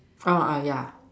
uh I yeah